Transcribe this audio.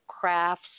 crafts